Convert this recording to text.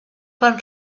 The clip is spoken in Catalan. van